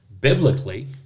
biblically